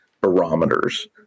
barometers